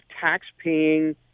tax-paying